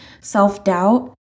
self-doubt